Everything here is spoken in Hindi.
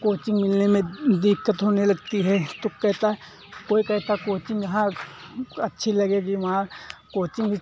कोचिंग मिलने में दिक्कत होने लगती है तो कहता है कोई कहता है कोचिंग यहाँ अच्छी लगेगी वहाँ कोचिंग भी